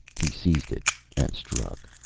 he seized it and struck.